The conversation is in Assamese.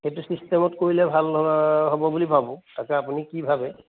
সেইটো ছিষ্টেমত কৰিলে ভাল হ'ব বুলি ভাবোঁ তাকে আপুনি কি ভাবে